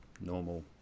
normal